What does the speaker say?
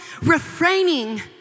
refraining